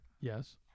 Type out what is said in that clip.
Yes